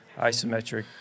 isometric